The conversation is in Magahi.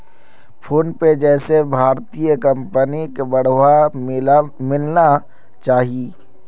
फोनपे जैसे भारतीय कंपनिक बढ़ावा मिलना चाहिए